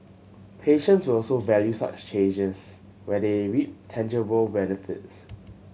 patients will also value such changes where they reap tangible benefits